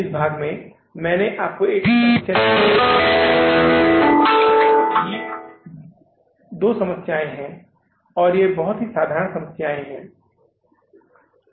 इस भाग में मैंने आपको यहाँ एक समस्या दी है ये दो समस्याएं हैं और ये बहुत ही साधारण समस्याएं हैं